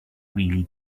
really